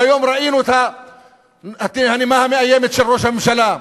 והיום ראינו את הנימה המאיימת של ראש הממשלה.